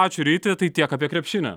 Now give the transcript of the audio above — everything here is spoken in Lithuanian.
ačiū ryti tai tiek apie krepšinį